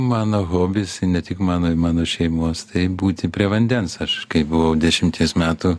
mano hobis ne tik mano ir mano šeimos tai būti prie vandens aš kai buvau dešimties metų